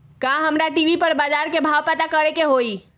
का हमरा टी.वी पर बजार के भाव पता करे के होई?